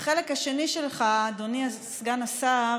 החלק השני שלך, אדוני סגן השר,